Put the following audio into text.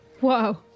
wow